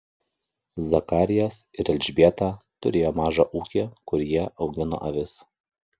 zakarijas ir elžbieta turėjo mažą ūkį kur jie augino avis